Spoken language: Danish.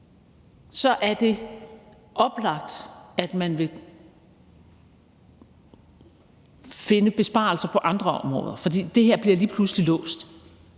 er det oplagt, at man vil finde besparelser på andre områder, for det her bliver lige pludselig låst.